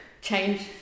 change